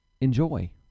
enjoy